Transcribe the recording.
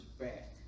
back